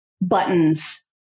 buttons